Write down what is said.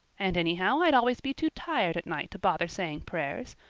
and anyhow i'd always be too tired at night to bother saying prayers.